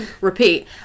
repeat